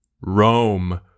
Rome